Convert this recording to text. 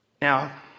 Now